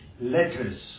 letters